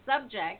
subject